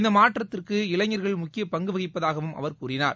இந்த மாற்றத்திற்கு இளைஞர்கள் முக்கிய பங்கு வகிப்பதாகவும் அவர் கூறினார்